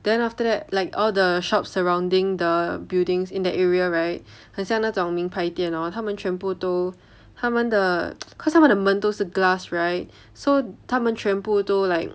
then after that like all the shops surrounding the buildings in that area right 很像那种名牌店 hor 他们全部都他们的 cause 他们的门全部都是 glass right so 他们全部都 like